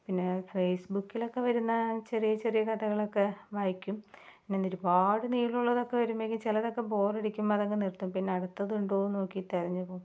പിന്നെ ഫേയ്സ്ബുക്കിലൊക്കെ വരുന്ന ചെറിയ ചെറിയ കഥകളൊക്കെ വായിക്കും അങ്ങനെ ഒരുപാട് നീളമുള്ളതൊക്കെ വരുമ്പഴേക്കു ചിലതൊക്കെ ബോറടിക്കുമ്പോൾ അതങ്ങ് നിര്ത്തും പിന്നെ അടുത്തത് ഉണ്ടോ എന്ന് നോക്കി തിരഞ്ഞു പോവും